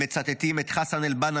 הם מצטטים את חסן אל-בנא,